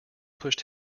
pushed